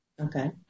Okay